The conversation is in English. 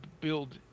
build